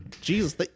Jesus